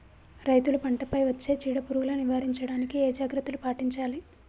రైతులు పంట పై వచ్చే చీడ పురుగులు నివారించడానికి ఏ జాగ్రత్తలు పాటించాలి?